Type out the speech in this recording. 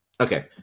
okay